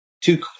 two